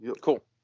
cool